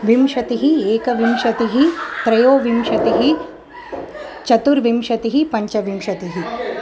विंशतिः एकविंशतिः त्रयोविंशतिः चतुर्विंशतिः पञ्चविंशतिः